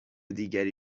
دیگری